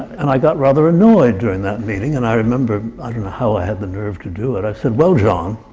and i got rather annoyed during that meeting. and i remember i don't know how i had the nerve to do it i said, well, john,